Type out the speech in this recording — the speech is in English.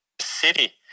city